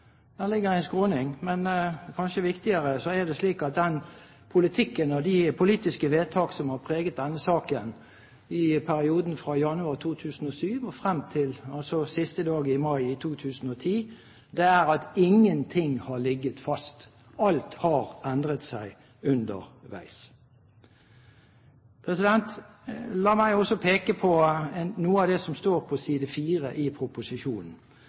ligger i en skråning. Men kanskje viktigere når det gjelder den politikken og de politiske vedtak som har preget denne saken fra januar 2007 og frem til siste dag i mai 2010, er det at ingenting har ligget fast. Alt har endret seg underveis. La meg også peke på noe av det som står på side 4 i proposisjonen,